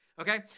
Okay